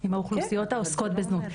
עם האוכלוסיות העוסקות בזנות.